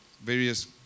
various